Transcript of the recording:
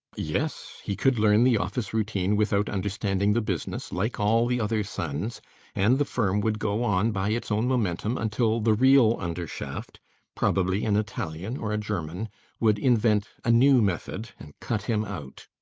yes he could learn the office routine without understanding the business, like all the other sons and the firm would go on by its own momentum until the real undershaft probably an italian or a german would invent a new method and cut him out.